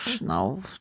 no